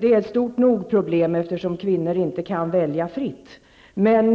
Det problemet är stort nog, eftersom kvinnor inte kan välja fritt, men